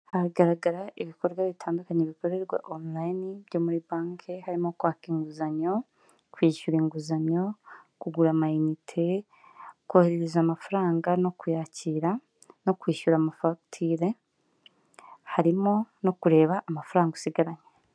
Hagaragara ibikorwa bitandukanye bikorerwa onorayini byo muri banki harimo kwaka inguzanyo, kwishyura inguzanyo, kugura amayinite, kohereza amafaranga no kuyakira no kwishyura, amafagitire harimo no kureba amafaranga usigaranye.